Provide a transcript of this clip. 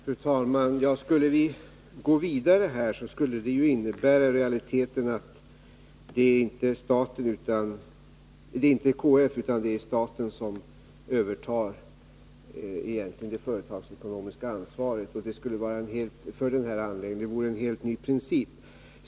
Fru talman! Om vi skulle gå vidare här skulle det i realiteten innebära att det inte är KF utan staten som övertar det företagsekonomiska ansvaret för denna anläggning, och det vore en helt ny princip.